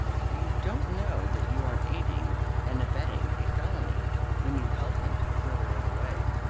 you don't know that you aren't aiding and abetting a felony when you help him to fritter it away.